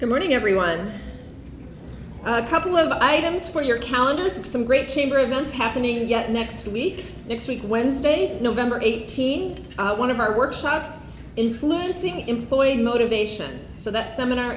goodmorning everyone a couple of items for your calendar six some great chamber events happening yet next week next week wednesday nov eighteenth and one of our workshops influencing employed motivation so that seminar